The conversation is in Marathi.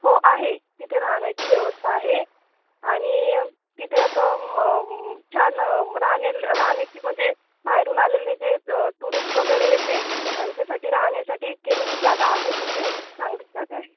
हो आहे तिथे राहण्याची व्यवस्था आहे आणि तिथे असं म छान राहणे राहण्याची म्हणजे बाहेरून आलेले जे टुरिस्ट वगैरे येते त्यांच्यासाठी राहण्यासाठी केलेली जागा आहे तिथे चांगलीच जागा आहे